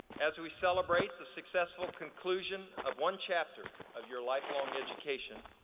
as we celebrate the successful conclusion of one chapter of your lifelong education,